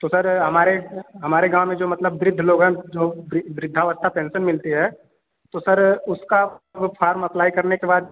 तो सर हमारे हमारे गाँव में जो मतलब वृद्ध लोग हैं जो वृद्धावस्था पेन्सन मिलती है तो सर उसका वो फार्म अप्लाई करने के बाद